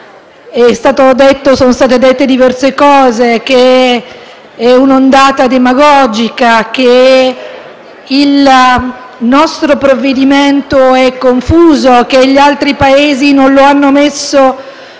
decreto-legge in discussione è un'ondata demagogica, che il nostro provvedimento è confuso, che gli altri Paesi non lo hanno messo